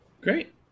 Great